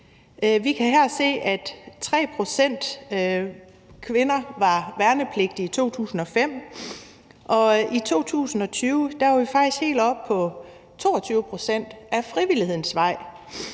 Vi kan her se, at 3 pct. kvinder var værnepligtige i 2005. I 2020 var vi faktisk helt oppe på 22 pct. ad frivillighedens vej.